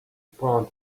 proud